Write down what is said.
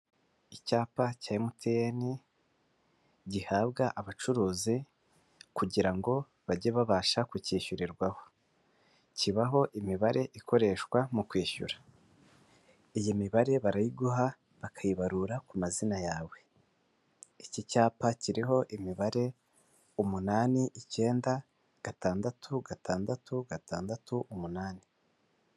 Icyapa cya MTN gihabwa abacuruzi kugira ngo bajye babasha kukishyurirwaho. Kibaho imibare ikoreshwa mu kwishyura, iyi mibare barayiguha bakayibarura ku mazina yawe, iki cyapa kiriho imibare umunani icyenda, gatandatu gatandatu gatandatu umunani.